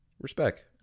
respect